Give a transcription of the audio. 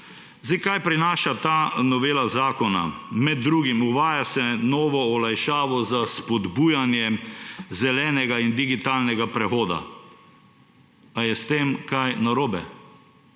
države. Kaj prinaša ta novela zakona? Med drugim se uvaja novo olajšavo za spodbujanje zelenega in digitalnega prehoda – ali je s tem kaj narobe?